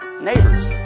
neighbors